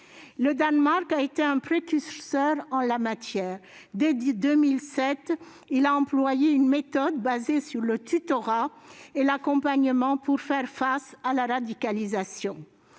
Le Danemark a été un précurseur en la matière : dès 2007, il a employé une méthode basée sur le tutorat et l'accompagnement pour faire face à la radicalisation.